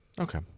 Okay